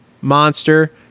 Monster